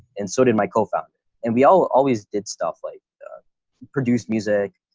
and so did my co founder. and we all always did stuff like produce music,